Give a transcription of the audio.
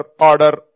order